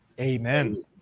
Amen